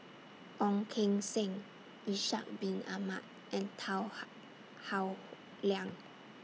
Ong Keng Sen Ishak Bin Ahmad and Tan How Howe Liang